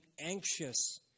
anxious